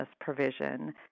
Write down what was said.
provision